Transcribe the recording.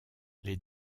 les